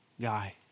guy